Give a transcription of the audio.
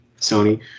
Sony